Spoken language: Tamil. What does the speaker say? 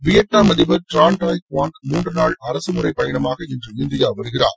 வியட்நாம் அதிபர் ட்ரான் டாய் குவாங் மூன்றுநாள் அரசு முறை பயணமாக இன்று இந்தியா வருகிறார்